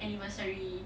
anniversary